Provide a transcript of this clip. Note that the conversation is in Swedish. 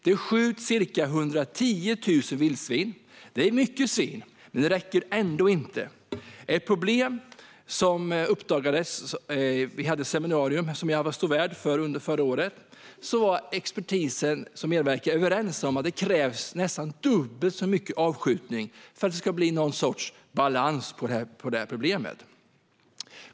Det skjuts ca 110 000 vildsvin. Det är många svin, men det räcker ändå inte. Jag stod värd för ett seminarium under förra året, och där uppdagades ett problem. Expertisen som medverkade var överens om att det krävs en nästan dubbelt så stor avskjutning för att det ska bli någon sorts balans på det här problemet.